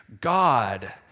God